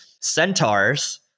Centaurs